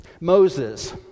Moses